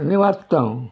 आनी वाचता हांव